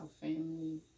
family